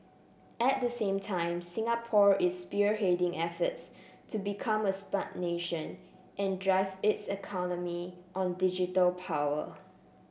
at the same time Singapore is spearheading efforts to become a spout nation and drive its economy on digital power